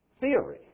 theory